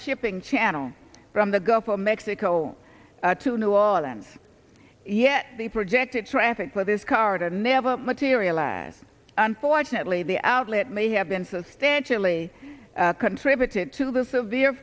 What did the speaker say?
shipping channel from the gulf of mexico to new orleans yet the projected traffic for this car to never materialize unfortunately the outlet may have been substantially contributed to the severe